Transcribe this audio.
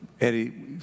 Eddie